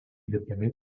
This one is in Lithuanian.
dirbami